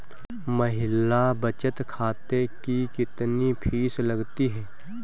महिला बचत खाते की कितनी फीस लगती है?